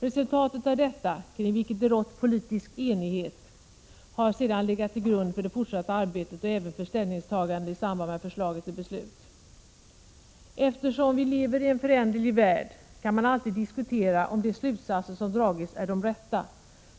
Resultatet av detta, kring vilket det rått politisk enighet, har sedan legat till grund för det fortsatta arbetet och även för ställningstaganden i samband med förslag till beslut. Eftersom vi lever i en föränderlig värld, kan man alltid diskutera om de slutsatser som dragits är de rätta.